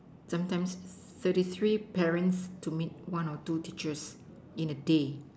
sometimes thirty three parents to meet one or two teachers in a day